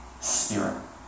spirit